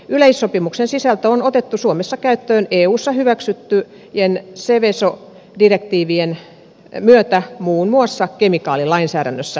yleissopimuksen sisältö on otettu suomessa käyttöön eussa hyväksyttyjen seveso direktiivien myötä muun muassa kemikaalilainsäädännössä